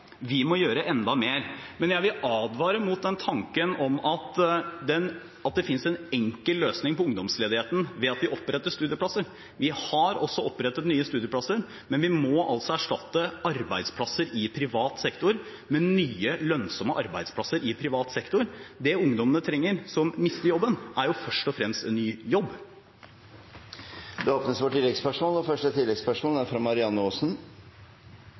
Vi må gjøre enda mer. Men jeg vil advare mot den tanken om at det finnes en enkel løsning på ungdomsledigheten ved at vi oppretter studieplasser. Vi har også opprettet nye studieplasser, men vi må altså erstatte arbeidsplasser i privat sektor med nye lønnsomme arbeidsplasser i privat sektor. Det ungdommene som mister jobben, trenger, er jo først og fremst en ny jobb. Marianne Aasen – til oppfølgingsspørsmål. I regjeringens egen analyse, gjengitt i Meld. St. 27 for